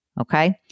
okay